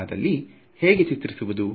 ಹಾಗಾದಲ್ಲಿ ಹೇಗೆ ಚಿತ್ರಿಸುವುದು